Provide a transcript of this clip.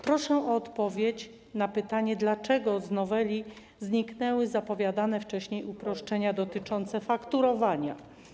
Proszę o odpowiedź na pytanie: Dlaczego z noweli zniknęły zapowiadane wcześniej uproszczenia dotyczące fakturowania?